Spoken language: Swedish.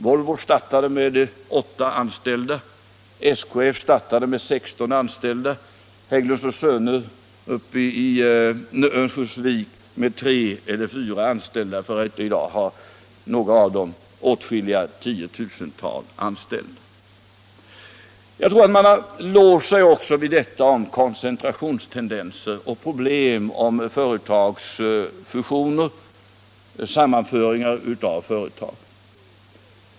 Volvo startade med 8 anställda, SKF startade med 16 anställda, Hägglund & Söner i Örnsköldsvik startade med 3 eller 4 anställda. I dag har några av dessa företag åtskilliga tiotusental anställda. Jag tror att man också har låst sig vid detta om koncentrationstendenser och problem när det gäller företagsfusioner — sammanföringar av företag.